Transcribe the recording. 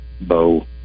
Bo